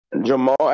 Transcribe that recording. Jamal